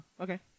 Okay